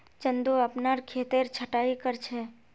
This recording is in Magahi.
चंदू अपनार खेतेर छटायी कर छ